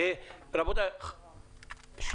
אנחנו נצא להפסקה ונחדש את הישיבה בעוד חצי שעה.